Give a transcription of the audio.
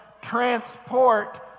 transport